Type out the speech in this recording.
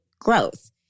growth